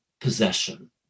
possession